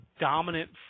dominant